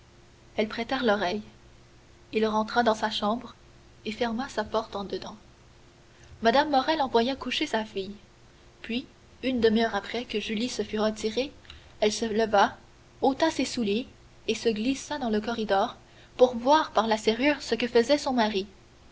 elles prêtèrent l'oreille il rentra dans sa chambre et ferma sa porte en dedans mme morrel envoya coucher sa fille puis une demi-heure après que julie se fut retirée elle se leva ôta ses souliers et se glissa dans le corridor pour voir par la serrure ce que faisait son mari